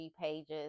pages